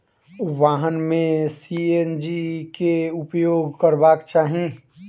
वाहन में सी.एन.जी के उपयोग करबाक चाही